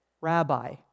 Rabbi